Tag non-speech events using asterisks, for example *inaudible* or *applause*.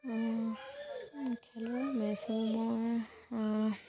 খেলুৱৈ *unintelligible* মই